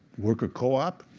worker co-op?